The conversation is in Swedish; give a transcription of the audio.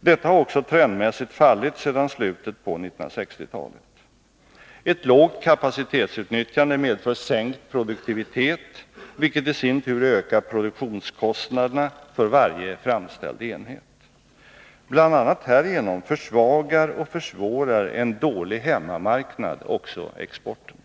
Detta har också trendmässigt fallit sedan slutet på 1960-talet. Ett lågt kapacitetsutnyttjande medför sänkt produktivitet, vilket i sin tur ökar produktionskostnaderna för varje framställd enhet. Bl. a. härigenom försvagar och försvårar en dålig hemmamarknad också exporten.